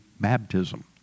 baptism